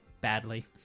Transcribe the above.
badly